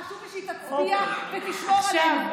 חשוב לי שהיא תצביע ותשמור עלינו.